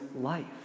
life